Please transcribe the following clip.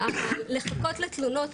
לחכות לתלונות,